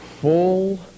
full